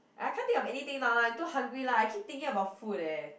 I can't think of anything now lah too hungry lah I keep thinking about food eh